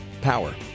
power